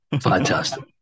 fantastic